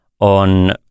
On